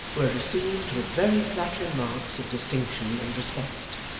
were received with very flattering marks of distinction and respect.